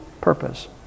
purpose